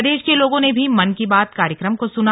प्रदेश के लोगों ने भी मन की बात कार्यक्रम को सुना